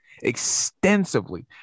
extensively